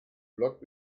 block